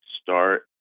start